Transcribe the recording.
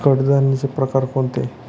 कडधान्याचे प्रकार कोणते?